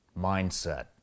mindset